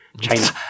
China